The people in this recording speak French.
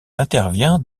intervient